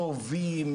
טובים,